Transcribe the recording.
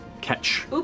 catch